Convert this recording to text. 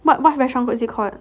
what what restaurant is it called